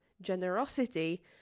generosity